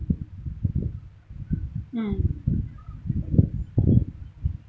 mm